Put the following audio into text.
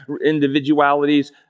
individualities